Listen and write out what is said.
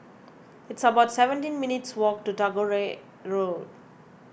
it's about seventeen minutes' walk to Tagore Road